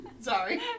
Sorry